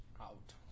out